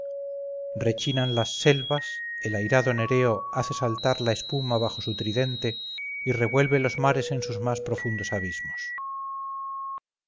rechinan las selvas el airado nereo hace saltar la espuma bajo su tridente y revuelve los mares en sus más profundos abismos